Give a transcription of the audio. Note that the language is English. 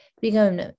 become